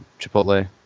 Chipotle